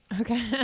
okay